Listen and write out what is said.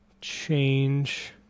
change